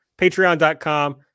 patreon.com